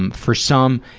um for some,